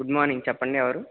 good morning చెప్పండి ఎవరు